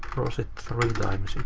rolls it three times,